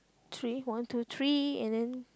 three one two three and then